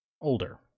older